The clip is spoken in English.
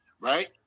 Right